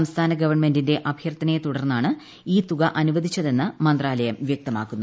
സംസ്ഥാന ഗവൺമെന്റിന്റെ അഭ്യർത്ഥനയെത്തുടർന്നാണ് ഈ തുക അനുവദിച്ചതെന്ന് മന്ത്രാലയം വ്യക്തമാക്കുന്നു